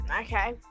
Okay